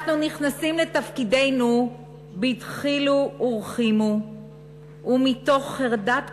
אנחנו נכנסים לתפקידינו בדחילו ורחימו ומתוך חרדת קודש,